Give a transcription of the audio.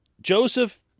Joseph